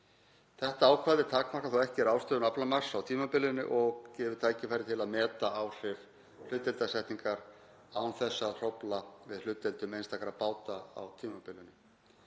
Þetta ákvæði takmarkar þó ekki ráðstöfun aflamarks á tímabilinu og gefur tækifæri til að meta áhrif hlutdeildarsetningar án þess að hrófla við hlutdeildum einstakra báta á tímabilinu.